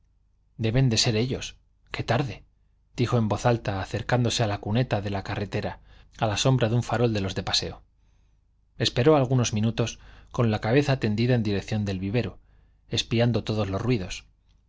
deben de ser ellos qué tarde dijo en voz alta acercándose a la cuneta de la carretera a la sombra de un farol de los del paseo esperó algunos minutos con la cabeza tendida en dirección del vivero espiando todos los ruidos